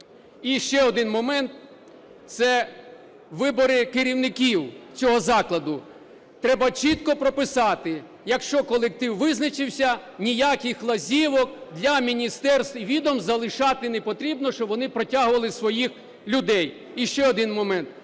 І ще один момент - це вибори керівників цього закладу. Треба чітко прописати: якщо колектив визначився, ніяких лазівок для міністерств і відомств залишати не потрібно, щоб вони протягували своїх людей. І ще один момент